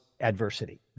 adversity